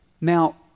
Now